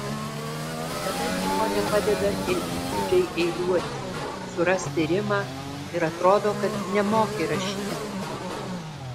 tada nieko nepadeda ir įgūdžiai eiliuoti surasti rimą ir atrodo kad nemoki rašyti